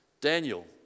Daniel